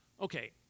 Okay